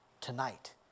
tonight